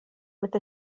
with